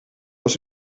aus